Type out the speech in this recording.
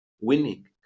winning